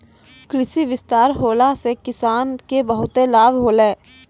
कृषि विस्तार होला से किसान के बहुते लाभ होलै